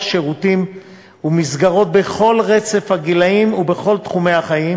שירותים ומסגרות בכל רצף הגילים ובכל תחומי החיים,